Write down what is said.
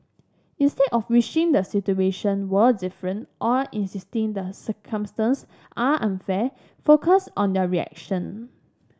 instead of wishing the situation were different or insisting the circumstance are unfair focus on the reaction